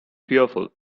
fearful